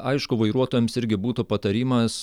aišku vairuotojams irgi būtų patarimas